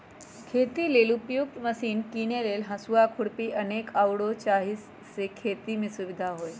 खेती लेल उपयुक्त मशिने कीने लेल हसुआ, खुरपी अनेक आउरो जाहि से खेति में सुविधा होय